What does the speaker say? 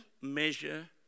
measure